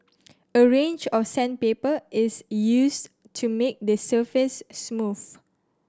a range of sandpaper is used to make the surface smooth